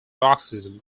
oxygen